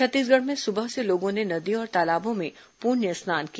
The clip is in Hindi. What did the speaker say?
छत्तीसगढ़ में सुबह से लोगों ने नदी और तालाबों में पुण्य स्नान किया